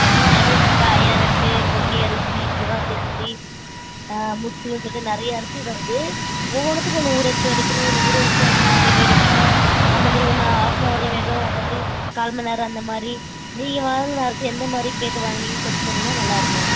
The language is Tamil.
எங்கள்கிட்ட நிறையா இருக்குதுங்க ஐயாரெட்டு பொன்னி அரிசி சிவாஜி அரிசி முத்துன்னு சொல்லிட்டு நிறைய அரிசி வருது ஒவ்வொன்றுத்துக்கும் ஒன்று ஊற வச்சு வடிக்கணும் ஒன்று ஊற வச்சாமல் வடி வடிக்கணும் அந்த மாதிரி ஒன்று ஆஃப்னவரில் வேகும் ஒன்று வந்து கால் மணிநேரம் அந்த மாதிரி நீங்கள் வாங்கின அரிசி எந்த மாதிரி கேட்டு வாங்கினீங்கன்னு கொஞ்சம் சொன்னீங்கன்னால் நல்லா இருக்கும்